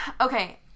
Okay